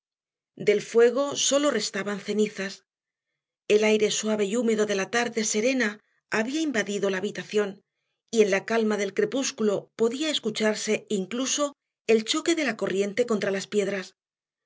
del fuego sólo restaban cenizas el aire suave y húmedo de la tarde serena había invadido la habitación y en la calma del crepúsculo podía escucharse incluso el choque de la corriente contra las piedras